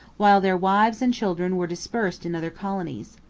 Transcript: while their wives and children were dispersed in other colonies.